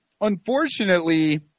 Unfortunately